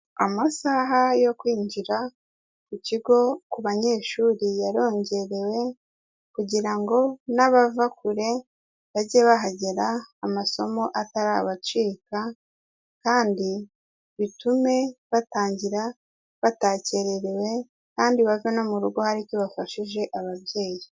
Amasaha yo kwinjira ku kigo ku banyeshuri yarongerewe kugira ngo n'abava kure bage bahagera amasomo atarabacika kandi bitume batangira batakererewe kandi bave no mu rugo hari icyo bafashije ababyeyi.